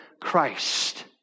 Christ